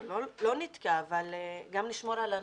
לא לתקוע, אבל גם לשמור על אנשים.